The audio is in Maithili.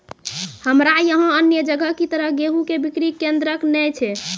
हमरा यहाँ अन्य जगह की तरह गेहूँ के बिक्री केन्द्रऽक नैय छैय?